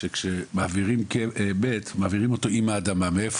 שכשמעבירים מת מעבירים אותו עם האדמה ואת